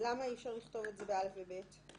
למה אי אפשר לכתוב את זה ב-(א) ו-(ב)?